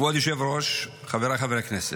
כבוד היושב-ראש, חבריי חברי הכנסת,